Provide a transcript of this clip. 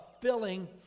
filling